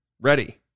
Ready